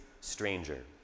Stranger